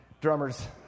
Drummers